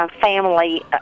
family